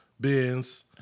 bins